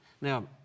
Now